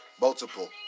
multiple